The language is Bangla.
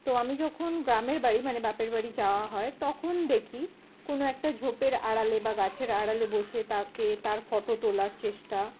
তো আমি যখন গ্রামের বাড়ি মানে বাপের বাড়ি যাওয়া হয় তখন দেখি কোনো একটা ঝোপের আড়ালে বা গাছের আড়ালে বসে তাকে তার ফটো তোলার চেষ্টা